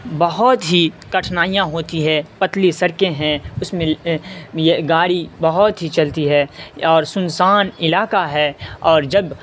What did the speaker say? بہت ہی کٹھنائیاں ہوتی ہے پتلی سرکیں ہیں اس میں یہ گاڑی بہت ہی چلتی ہے اور سنسان علاقہ ہے اور جب